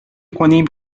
کنیم